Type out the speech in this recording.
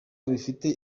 bifite